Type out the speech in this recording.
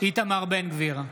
איתמר בן גביר,